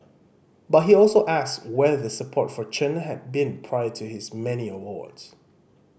but he also asks where the support for Chen had been prior to his many awards